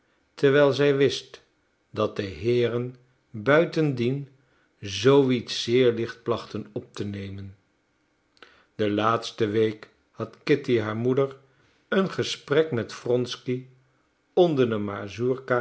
terwijl zij wist dat de heeren buitendien zoo iets zeer licht plachten op te nemen de laatste week had kitty haar moeder een gesprek met wronsky onder de